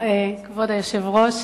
כבוד היושב-ראש,